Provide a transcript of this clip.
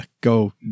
go